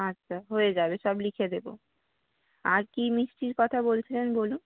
আচ্ছা হয়ে যাবে সব লিখে দেবো আর কী মিষ্টির কথা বলছেন বলুন